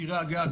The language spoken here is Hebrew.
צירי הגעה,